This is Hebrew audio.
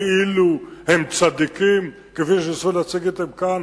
כפי שניסו להציג אותם כאן,